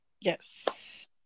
Yes